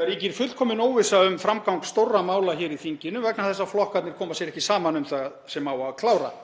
Það ríkir fullkomin óvissa um framgang stórra mála hérna í þinginu vegna þess að flokkarnir koma sér ekki saman um það sem á að klára.